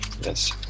yes